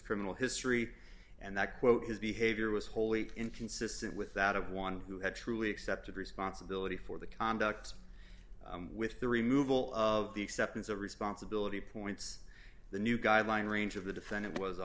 criminal history and that quote his behavior was wholly inconsistent with that of one who had truly accepted responsibility for the conduct with the removal of the acceptance of responsibility points the new guideline range of the defendant was